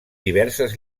diverses